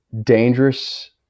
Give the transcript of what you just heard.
dangerous